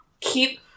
keep